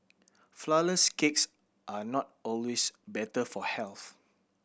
flourless cakes are not always better for health